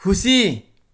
खुसी